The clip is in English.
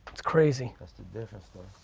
it's crazy. that's the difference though.